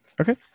Okay